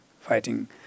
fighting